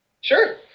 Sure